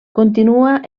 continua